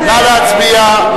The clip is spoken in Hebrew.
נא להצביע.